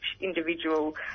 individual